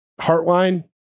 Heartline